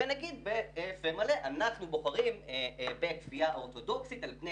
ונגיד בפה מלא שאנחנו בוחרים בכפייה אורתודוכסית על פני